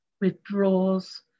withdraws